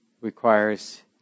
requires